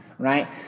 Right